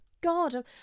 God